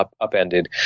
upended